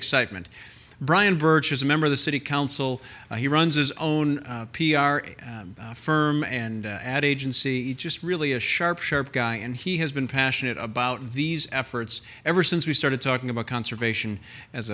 excitement brian birch is a member of the city council and he runs his own p r firm and ad agency each just really a sharp sharp guy and he has been passionate about these efforts ever since we started talking about conservation as